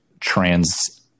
trans